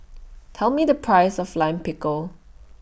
Tell Me The Price of Lime Pickle